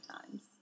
times